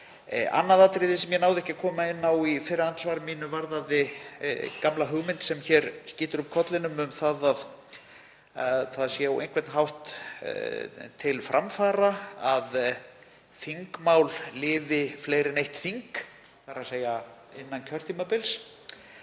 Annað atriði sem ég náði ekki að koma inn á í fyrra andsvari mínu varðaði gamla hugmynd sem hér skýtur upp kollinum um að það sé á einhvern hátt til framfara að þingmál lifi fleiri en eitt þing, þ.e. innan kjörtímabils.